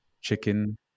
chicken